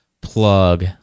plug